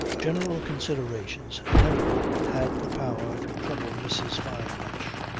general considerations never had the power to trouble mrs. fyne much.